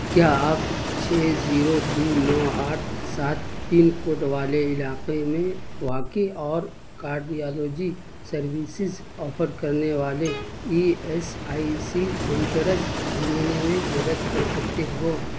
کیا آپ چھ زیرو دو نو آٹھ سات پن کوڈ والے علاقے میں واقع اور کارڈیالوجی سروسز آفر کرنے والے E S I C centres ڈھونڈنے میں مدد کر سکتے ہو